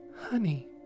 Honey